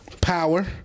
Power